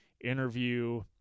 interview